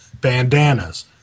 bandanas